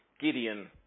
Gideon